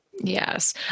yes